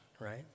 right